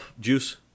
juice